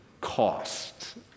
cost